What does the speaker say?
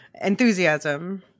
enthusiasm